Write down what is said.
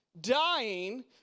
dying